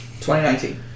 2019